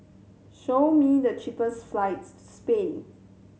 show me the cheapest flights to Spain